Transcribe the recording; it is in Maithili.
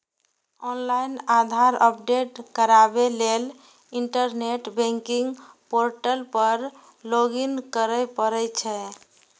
ऑनलाइन आधार अपडेट कराबै लेल इंटरनेट बैंकिंग पोर्टल पर लॉगइन करय पड़ै छै